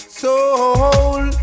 soul